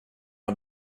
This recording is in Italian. una